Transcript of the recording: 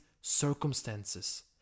circumstances